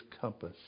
compass